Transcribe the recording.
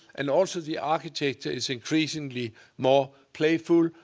and also the architecture is increasingly more playful.